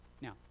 Now